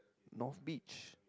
north beach